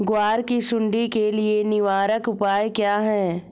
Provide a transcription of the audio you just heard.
ग्वार की सुंडी के लिए निवारक उपाय क्या है?